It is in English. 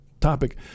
topic